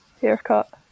haircut